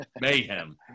mayhem